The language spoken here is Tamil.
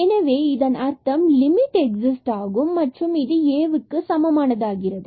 எனவே இதன் அர்த்தம் லிமிட் exists ஆகும் மற்றும் இது Aக்கு சமமானது ஆகிறது